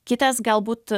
kitas galbūt